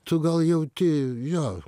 tu gal jauti jo